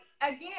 Again